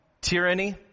tyranny